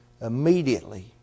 immediately